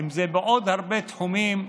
ואם בעוד הרבה תחומים,